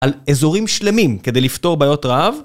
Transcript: על אזורים שלמים כדי לפתור בעיות רעב.